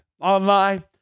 online